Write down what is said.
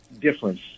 difference